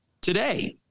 today